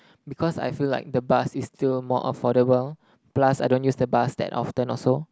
because I feel like the bus is still more affordable plus I don't use the bus that often also